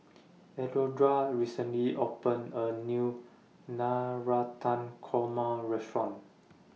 Alondra recently opened A New Navratan Korma Restaurant